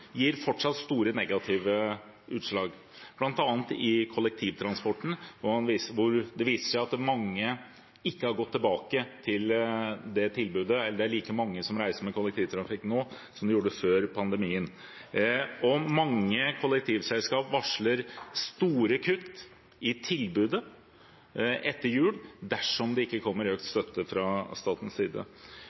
gir fortsatt store negative utslag, bl.a. i kollektivtransporten, hvor det viser seg at mange ikke har gått tilbake til dette tilbudet, at det ikke er like mange som reiser med kollektivtrafikk nå som før pandemien. Mange kollektivselskap varsler store kutt i tilbudet etter jul dersom det ikke kommer økt støtte fra statens side.